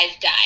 died